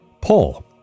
paul